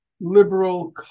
liberal